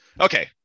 okay